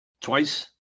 twice